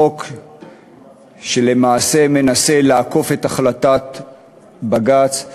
חוק שלמעשה מנסה לעקוף את החלטת בג"ץ,